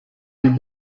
you